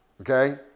Okay